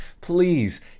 please